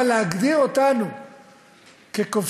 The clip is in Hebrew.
אבל להגדיר אותנו כובשים,